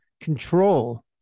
control